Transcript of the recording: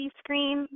screen